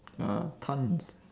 ya tons